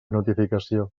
notificació